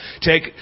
take